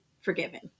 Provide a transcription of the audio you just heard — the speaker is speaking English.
forgiven